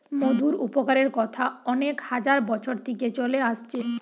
মধুর উপকারের কথা অনেক হাজার বছর থিকে চলে আসছে